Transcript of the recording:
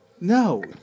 No